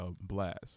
Blast